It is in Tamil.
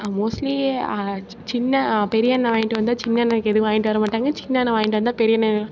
மோஸ்லி சின்ன பெரியண்ணன் வாங்கிகிட்டு வந்தால் சின்னண்ணனுக்கு எதுவும் வாங்கிகிட்டு வரமாட்டாங்க சின்னண்ணன் வாங்கிகிட்டு வந்தால் பெரியண்ணன்